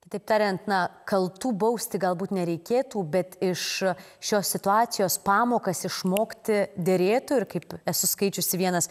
kitaip tariant na kaltų bausti galbūt nereikėtų bet iš šios situacijos pamokas išmokti derėtų ir kaip esu skaičiusi vienas